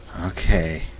Okay